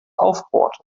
aufbohrte